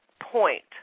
point